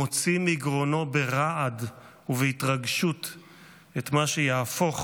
מוציא מגרונו ברעד ובהתרגשות את מה שיהפוך